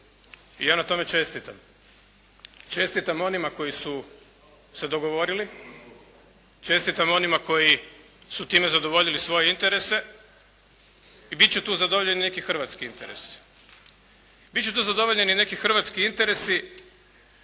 i ja na tome čestitam. Čestitam onima koji su se dogovorili, čestitam onima koji su time zadovoljili svoje interese i bit će tu zadovoljeni neki hrvatski interesi. Bit će tu zadovoljeni neki hrvatski interesi